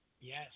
Yes